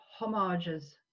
homages